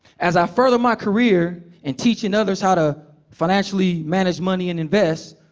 as i furthered my career in teaching others how to financially manage money and invest,